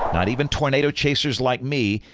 not even tornado chasers like me,